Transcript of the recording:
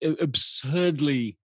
absurdly